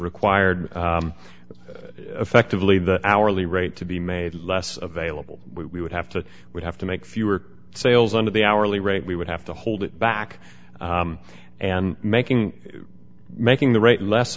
required effectively the hourly rate to be made less of a level we would have to we'd have to make fewer sales under the hourly rate we would have to hold it back and making making the right less